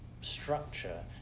structure